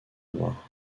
noir